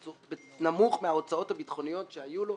מן ההוצאות הביטחוניות שהיו לו.